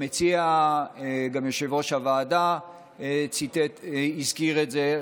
גם יושב-ראש הוועדה הזכיר את זה,